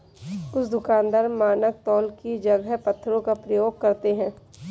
कुछ दुकानदार मानक तौल की जगह पत्थरों का प्रयोग करते हैं